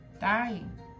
dying